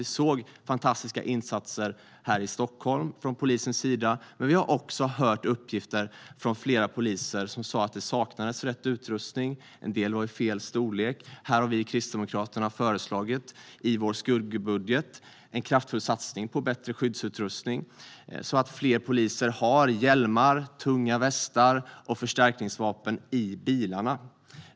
Vi såg fantastiska insatser här i Stockholm från polisens sida, men vi har också hört uppgifter från flera poliser om att rätt utrustning saknades och att en del var i fel storlek. Vi från Kristdemokraterna har i vår skuggbudget föreslagit en kraftfull satsning på bättre skyddsutrustning så att fler poliser har hjälmar, tunga västar och förstärkningsvapen i bilarna.